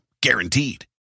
Guaranteed